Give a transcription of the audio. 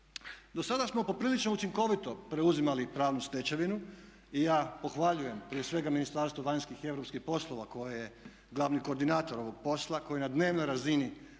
Do sada smo poprilično učinkovito preuzimali pravnu stečevinu i ja pohvaljujem prije svega Ministarstvo vanjskih i europskih poslova koje je glavni koordinator ovog posla, koji na dnevnoj razini